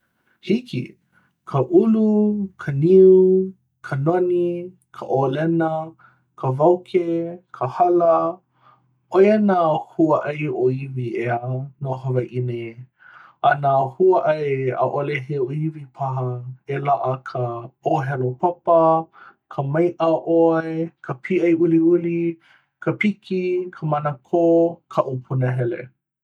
hiki! ka ʻulu, ka niu, ka noni ka ʻōlena, ka wauke, ka hala ʻoia nā huaʻai ʻōiwi ʻeā no hawaiʻi nei a nā huaʻai ʻaʻole he ʻōiwi paha e laʻa ka ʻōhelo papa, ka maiʻa ʻoe, ka pīʻai uliuli, ka piki, ka manakō kaʻu punahele